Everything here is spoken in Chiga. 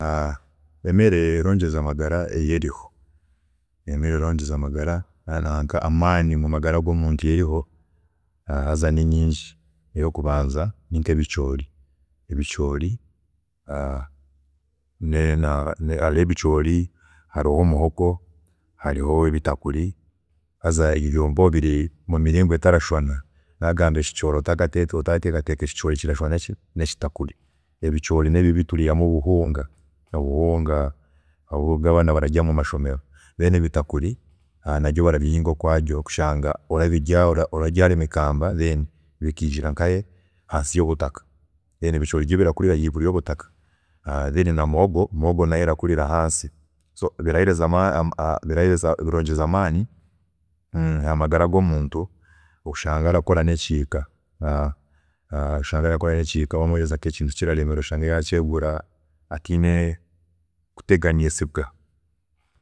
Emereerongyeza amagara yo eriho, emere erongyeza amagara, amaani mumagara gomuntu eriho haza ninyingi, eyokubanza ni nkebicoori, ebicoori, hariho muhogo, hariho ebitakuri, haza obwe biri mumiringo etakashwana, nagamba ekicoori otakaateekateeka ngu ekicoori kirashwana nekitakuri, ebicoori neebi ebi tureihamu obuhunga obu abaana bararya omumashomero, then ebitakuri nabyo barabihinga okwaabyo, kushanga orabirya, orabyaara emikamba then bikiijira nkahe, hansi yobutaka. then ebicoori byo birakurira higuru yobutaka, na muhogo nayo erakurira hansi, so biraheereza amaani, birongyeza amaani ahamagara gomuntu oshange arakora nekihika, wamuheereza nkekintu oshange arakora atiine kuteganiisibwa